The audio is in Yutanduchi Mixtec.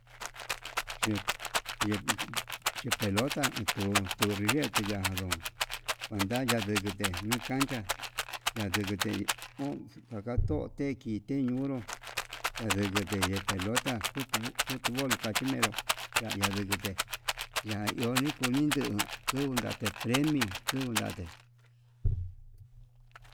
Ye ye'e pelota otuu tunriyete ya'a ko kuenta ña ndekete nuu, cancha ña'a ndekete kuu ndakato keki teñunro yandekete de pelota, kutu kutu volka chimeró ya'a ya ndukute ña iho no'o kundindu kunate premio n > te.